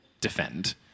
defend